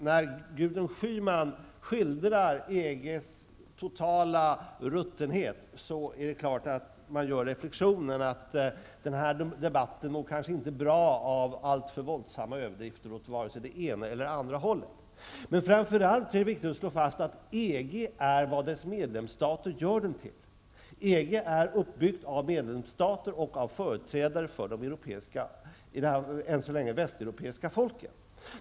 När Gudrun Schyman skildrar EGs totala ruttenhet gör man naturligtvis reflektionen att den här debatten inte mår bra av alltför våldsamma överdrifter åt vare sig det ena eller det andra hållet. Framför allt är det viktigt att slå fast att EG är vad dess medlemsstater gör det till. EG är uppbyggt av medlemsstater och av företrädare för de europeiska -- ännu så länge västeuropeiska -- folken.